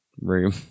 room